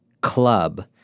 club